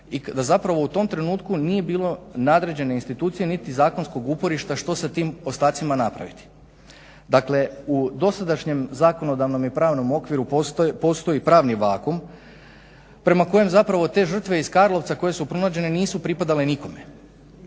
i da zapravo u tom trenutku nije bilo nadređene institucije niti zakonskog uporišta što sa tim ostacima napraviti. Dakle u dosadašnjem zakonodavnom i pravnom okviru postoji pravni vakuum prema kojem zapravo te žrtve iz Karlovca koje su pronađene nisu pripadale nikome,